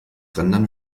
rendern